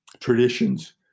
traditions